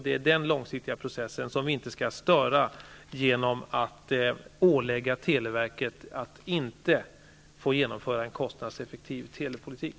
Det är den långsiktiga processen som vi inte skall störa genom att ålägga televerket att inte genomföra en kostnadseffektiv telepolitik.